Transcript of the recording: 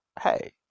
hey